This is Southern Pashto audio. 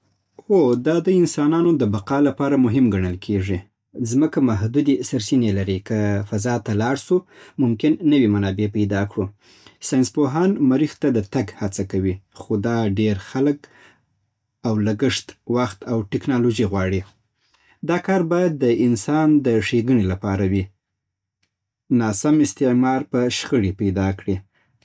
هو، دا د انسانانو د بقا لپاره مهم ګڼل کېږي. ځمکه محدودې سرچینې لري. که فضا ته لاړ شو، ممکن نوې منابع پیدا کړو. ساینسپوهان مریخ ته د تګ هڅه کوي. خو دا ډېر خلګ او لګښت، وخت او ټېکنالوژي غواړي. دا کار باید د انسان د ښېګڼې لپاره وي. ناسم استعمار به شخړې پیدا کړي